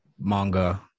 manga